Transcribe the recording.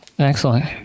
Excellent